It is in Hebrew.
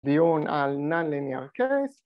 ‫דיון על Non-Linear Case.